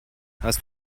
hast